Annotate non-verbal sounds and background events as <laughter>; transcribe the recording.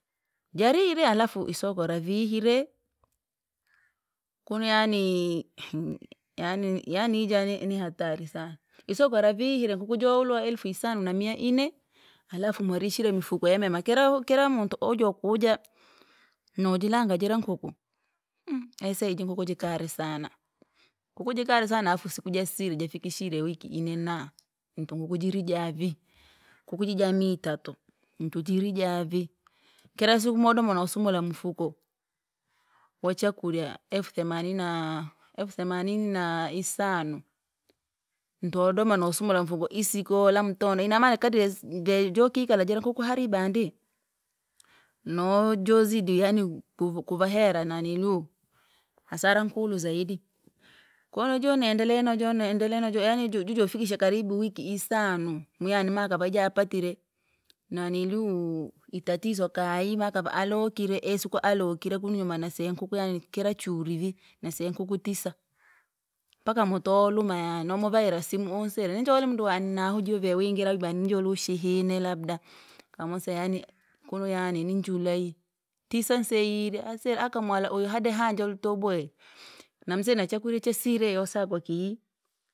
Jarire alafu isoko vihire, kunu yaani <hesitation> yaani yaani ija nihatari sana. isokola vihile nkuku jawulwa elfu isanu na mia ine, alafu mwarishire mifuko yamema kira kira muntu ojakuja, nojilanga jira nkuku, <hesitation> aisee iji nkuku jikari sana, nkuku jikari saana alafu sikujasiri jafikishire wiki ine naa, hintu nkuku jiri vii, nkuku jija miya itatu, hintu jirija vii, kila siku modoma nosumula mufuko, wachakurya elfu themanini naa elfu thamaninini na isanu, ntodoma nasumula mufuko isikoo lamtando inamaana kadri yasi jokikala jirankuku haliba andi, nojozidi yaani kuvahera naniliu hasara nkulu zaidi. Koo nojo nendelea noja nendelea yaani jujo ufikisha karibu wiki isanu, miyani maakava ijaapatire, naniliu itatizo kayi makava alokile isiko alokire kunu nyuma naseya nkuku kila churi vii nasinkuku tisa, mpaka mutoluma yaani nomuvaira simu unsire ninjole maundu wani nahujuve wingira wanjo lushihine labada, nkamuse yaani kuno yaani ninjulei tisensehile asile akamwale ulihade hanje ulitobaye, namsire nachakurya chasirire yasakwa kii.